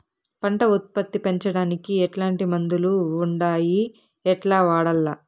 పంట ఉత్పత్తి పెంచడానికి ఎట్లాంటి మందులు ఉండాయి ఎట్లా వాడల్ల?